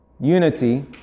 unity